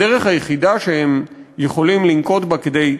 הדרך היחידה שהם יכולים לנקוט כדי,